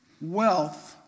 wealth